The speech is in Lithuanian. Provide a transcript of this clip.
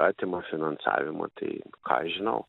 atima finansavimą tai ką aš žinau